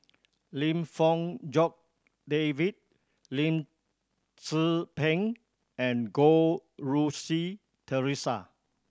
Lim Fong Jock David Lim Tze Peng and Goh Rui Si Theresa